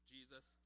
Jesus